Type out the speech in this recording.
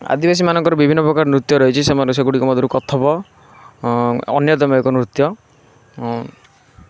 ଆଦିବାସୀ ମାନଙ୍କର ବିଭିନ୍ନ ପ୍ରକାର ନୃତ୍ୟ ରହିଛି ସେମାନେ ସେଗୁଡ଼ିକ ମଧ୍ୟରୁ କଥକ ଅନ୍ୟତମ ଏକ ନୃତ୍ୟ